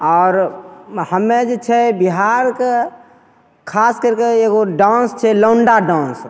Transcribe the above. आओर हमे जे छै बिहारके खास करिके एगो डान्स छै लौण्डा डान्स